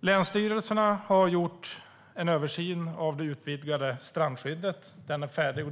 Länsstyrelserna har gjort en översyn av det utvidgade strandskyddet. Den är färdig.